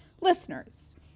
Listeners